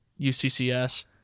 UCCS